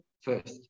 first